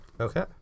Okay